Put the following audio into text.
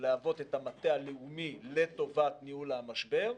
להוות את המטה הלאומי לטובת ניהול המשבר.